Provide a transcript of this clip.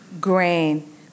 grain